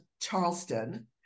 Charleston